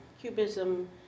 cubism